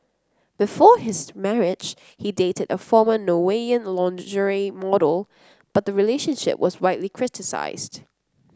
before his marriage he dated a former Norwegian lingerie model but the relationship was widely criticised